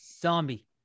Zombie